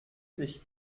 sich